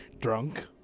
Drunk